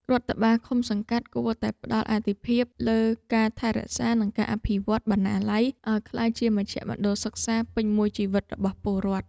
រដ្ឋបាលឃុំសង្កាត់គួរតែផ្តល់អាទិភាពលើការថែរក្សា និងការអភិវឌ្ឍបណ្ណាល័យឱ្យក្លាយជាមជ្ឈមណ្ឌលសិក្សាពេញមួយជីវិតរបស់ពលរដ្ឋ។